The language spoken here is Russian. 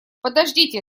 подождите